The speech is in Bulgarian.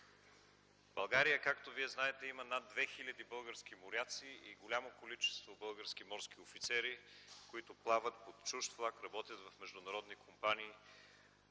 В България, както знаете, има над 2000 български моряци и голямо количество български морски офицери, които плават под чужд флаг – работят в международни компании